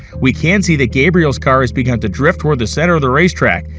we can see that gabriel's car has begun to drift toward the center of the race track,